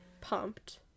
pumped